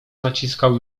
naciskał